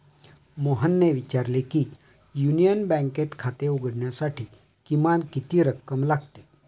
मोहनने विचारले की युनियन बँकेत खाते उघडण्यासाठी किमान किती रक्कम लागते?